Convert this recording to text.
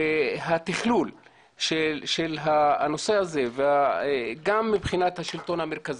והתכלול של הנושא הזה גם מבחינת השלטון המרכזי,